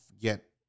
Get